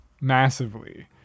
massively